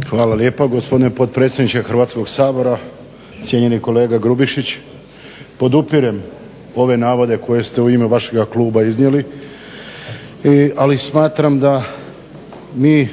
(HDZ)** Hvala lijepa gospodine potpredsjedniče Hrvatskog sabora, cijenjeni kolega Grubišić. Podupirem ove navode koje ste u ime vašega kluba iznijeli, ali smatram da mi